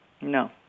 No